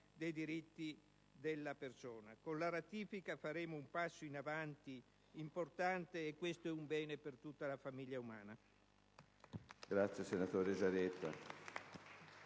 dei diritti della persona. Con la ratifica faremo un passo in avanti importante, e questo è un bene per tutta la famiglia umana.